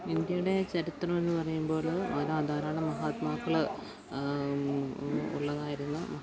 ഇന്ത്യയുടെ ചരിത്രമെന്ന് പറയുമ്പോള് ധാരാളം മഹാത്മാക്കള് ഉള്ളതായിരുന്നു